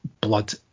blood